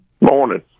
Morning